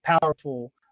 powerful